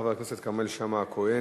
חבר הכנסת כרמל שאמה-הכהן.